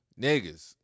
Niggas